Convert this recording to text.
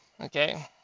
Okay